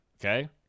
Okay